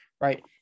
right